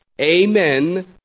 Amen